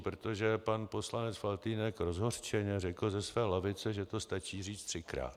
Protože pan poslanec Faltýnek rozhořčeně řekl ze své lavice, že to stačí říct třikrát.